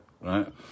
right